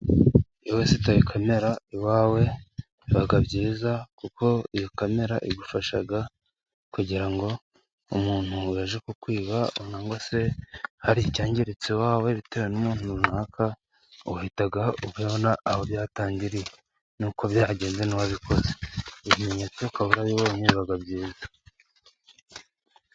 Iyo westaye kamera iwawe biba byiza, kuko iyo kamera igufasha kugira ngo umuntu aje kukwiba, cyangwa se hari icyangiritse iwawe bibitewe n'umuntu runaka, uhita ubibona aho byatangiriye nuko byagenze n'uwabikoze, ibimenyetso ukaba urabibonye biba byiza.